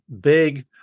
big